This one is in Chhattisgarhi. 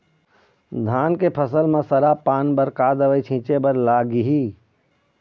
धान के फसल म सरा पान बर का दवई छीचे बर लागिही?